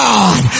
God